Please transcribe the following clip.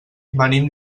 venim